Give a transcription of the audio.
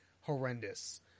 horrendous